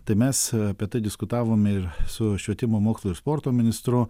tai mes apie tai diskutavome ir su švietimo mokslo ir sporto ministru